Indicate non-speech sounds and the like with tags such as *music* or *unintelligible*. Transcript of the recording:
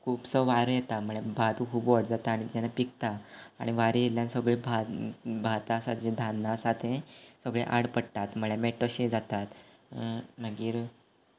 खुबसो वारें येता आनी भात खूब व्हड जेन्ना पिकता आनी वारें येल्ल्यान सगळें भात भात आसा जें धान्य आसा तें सगळें आड पडटात म्हणल्यार *unintelligible* तशें जातात मागीर